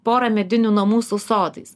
pora medinių namų su sodais